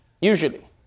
usually